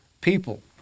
people